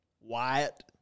Wyatt